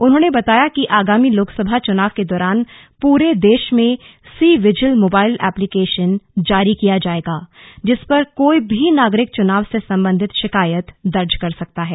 उन्होंने बताया कि आगामी लोकसभा चुनाव के दौरान पूरे देश में सी विजिल मोबाइल एप्लीकेशन जारी किया जाएगा जिस पर कोई भी नागरिक चुनाव से सम्बन्धित शिकायत दर्ज करा सकता है